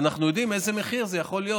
ואנחנו יודעים איזה מחיר זה יכול להיות.